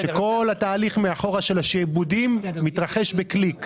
שכל התהליך של השעבודים מאחור מתרחש בקליק.